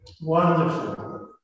wonderful